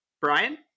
Brian